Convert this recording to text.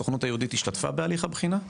הסוכנות היהודית השתתפה בהליך הבחינה?